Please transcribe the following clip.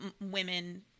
women